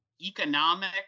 economic